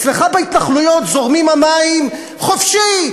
אצלך בהתנחלויות זורמים המים חופשי.